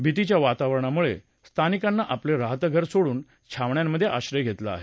भितीच्या वातावरणामुळे स्थानिकांनी आपलं राहतं घर सोडून छावण्यांमधे आश्रय घेतला आहे